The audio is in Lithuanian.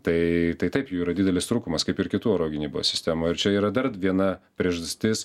tai tai taip jų yra didelis trūkumas kaip ir kitų oro gynybos sistemų ir čia yra dar viena priežastis